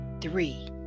Three